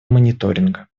мониторинга